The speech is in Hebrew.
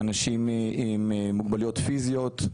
אנשים עם מוגבלויות פיזיות,